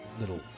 little